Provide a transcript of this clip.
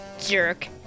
jerk